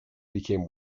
became